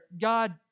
God